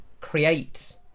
create